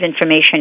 information